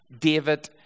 David